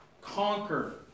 conquer